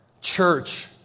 Church